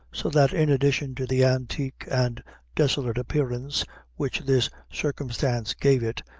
so that in addition to the antique and desolate appearance which this circumstance gave it,